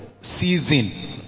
season